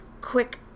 Quick